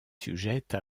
sujette